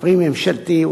הפנים-ממשלתי,